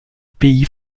pays